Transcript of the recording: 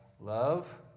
Love